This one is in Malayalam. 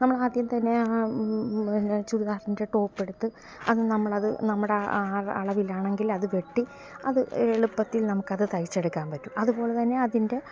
നമ്മളാദ്യം തന്നെ പിന്നെ ചുരിദാറിൻ്റെ ടോപ്പെടുത്ത് അത് നമ്മളത് നമ്മുടെ അളവിലാണെങ്കിൽ അത് വെട്ടി അത് എളുപ്പത്തിൽ നമുക്കത് തയ്ച്ചെടുക്കാൻ പറ്റും അതുപോലെതന്നെ അതിൻ്റെ